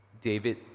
David